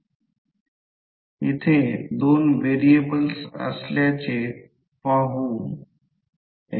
येथे प्रत्यक्षात येथे पाहिल्यास ते आहे परंतु येथे ते आहे परंतु दोन्ही कॉइलस् 1 अँपिअर करंटने ∅1 ∅2 ∅3 आहेत